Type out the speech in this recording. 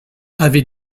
avait